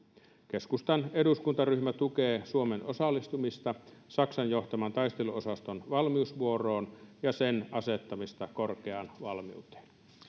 keskustan eduskuntaryhmä tukee suomen osallistumista saksan johtaman taisteluosaston valmiusvuoroon ja sen asettamista korkeaan valmiuteen